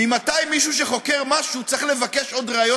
ממתי מישהו שחוקר משהו צריך לבקש עוד ראיות,